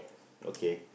okay